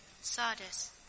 Sardis